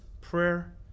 prayer